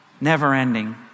never-ending